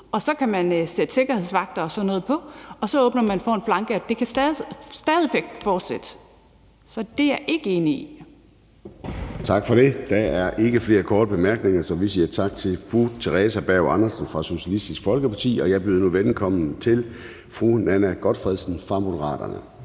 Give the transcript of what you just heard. og så kan man sætte sikkerhedsvagter og sådan noget på. Så åbner man for en flanke, så det stadig væk kan fortsætte. Så det er jeg ikke enig i. Kl. 10:21 Formanden (Søren Gade): Tak for det. Der er ikke flere korte bemærkninger, så vi siger tak til fru Theresa Berg Andersen fra Socialistisk Folkeparti, og jeg byder nu velkommen til fru Nanna W. Gotfredsen fra Moderaterne.